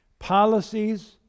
Policies